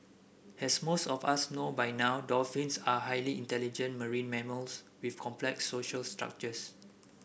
as most of us know by now dolphins are highly intelligent marine mammals with complex social structures